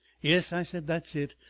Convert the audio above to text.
yes, i said that's it.